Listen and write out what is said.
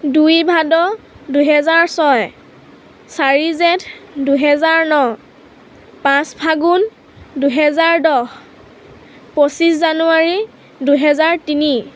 দুই ভাদ দুহেজাৰ ছয় চাৰি জেঠ দুহেজাৰ ন পাঁচ ফাগুন দুহেজাৰ দহ পঁচিছ জানুৱাৰী দুহেজাৰ তিনি